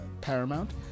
Paramount